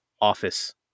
office